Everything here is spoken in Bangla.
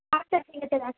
আচ্ছা ঠিক আছে রাখি